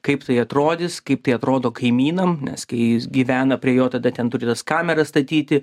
kaip tai atrodys kaip tai atrodo kaimynam nes kai jis gyvena prie jo tada ten turi tas kameras statyti